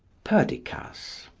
perdicas,